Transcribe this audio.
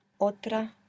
Otra